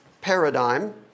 paradigm